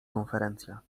konferencja